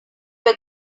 were